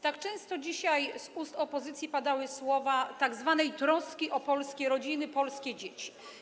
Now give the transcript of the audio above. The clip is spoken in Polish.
Tak często dzisiaj z ust opozycji padały słowa tzw. troski o polskie rodziny, polskie dzieci.